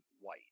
white